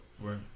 Right